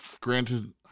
granted